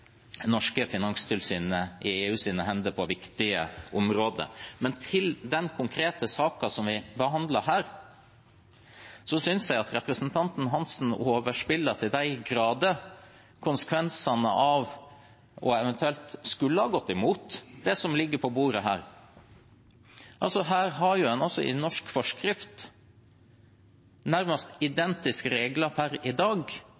norske finanstilsynet i EUs hender på viktige områder. Til den konkrete saken som vi behandler her: Jeg synes at representanten Hansen overspiller til de grader konsekvensene av eventuelt å skulle gå imot det som ligger på bordet her. Her har en en norsk forskrift som per i dag har nærmest identiske regler med det som ligger i